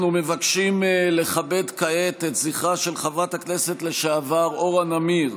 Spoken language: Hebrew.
אנחנו מבקשים לכבד כעת את זכרה של חברת הכנסת לשעבר אורה נמיר,